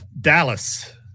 Dallas